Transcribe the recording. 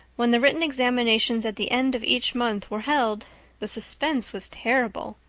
when the written examinations at the end of each month were held the suspense was terrible.